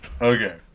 Okay